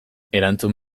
erantzun